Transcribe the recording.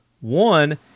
one-